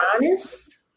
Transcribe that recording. honest